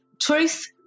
Truth